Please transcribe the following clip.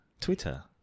Twitter